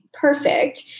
perfect